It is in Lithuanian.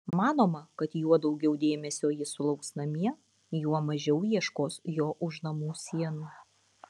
manoma kad juo daugiau dėmesio jis sulauks namie juo mažiau ieškos jo už namų sienų